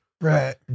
Right